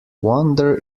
wonder